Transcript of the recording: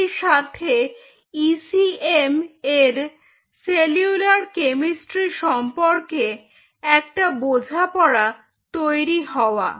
সেই সাথে এসিএম এর সেলুলার কেমিস্ট্রি সম্পর্কে একটা বোঝাপড়া তৈরি হওয়া